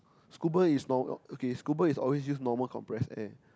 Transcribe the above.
scuba is normal okay scuba is always use normal compress air